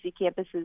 campuses